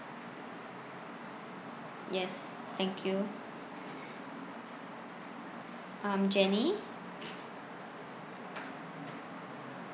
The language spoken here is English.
yes thank you um jenny